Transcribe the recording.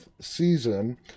season